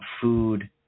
food